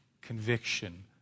conviction